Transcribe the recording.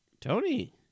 Tony